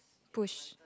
push